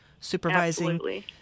supervising